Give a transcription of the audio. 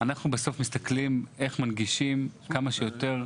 אנחנו בסוף מסתכלים איך מנגישים כמה שיותר את